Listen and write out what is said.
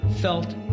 felt